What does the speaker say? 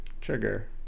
Trigger